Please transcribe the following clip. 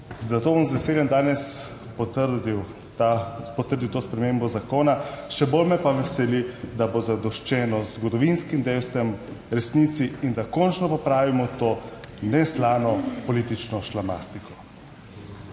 Zato bom z veseljem danes potrdil, potrdil ta, to spremembo zakona, še bolj me pa veseli, da bo zadoščeno zgodovinskim dejstvom, resnici in da končno popravimo to neslano politično šlamastiko.